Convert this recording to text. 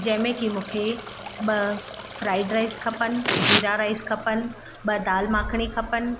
जंहिंमें की मूंखे ॿ फ्राइड राइस खपनि ज़ीरा राइस खपनि ॿ दालि माखणी खपनि